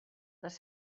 les